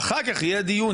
ואחר כך יהיה דיון,